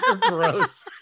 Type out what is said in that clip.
Gross